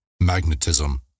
magnetism